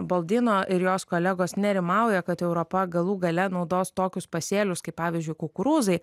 boldino ir jos kolegos nerimauja kad europa galų gale naudos tokius pasėlius kaip pavyzdžiui kukurūzai